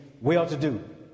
well-to-do